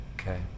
Okay